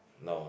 no